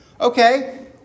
Okay